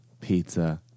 pizza